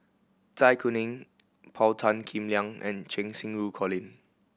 Zai Kuning Paul Tan Kim Liang and Cheng Xinru Colin